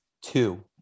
two